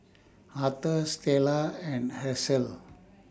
Authur Stella and Hershel